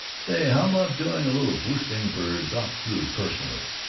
say, how about doing a little boosting for doc drew personally?